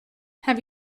have